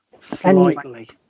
slightly